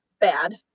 bad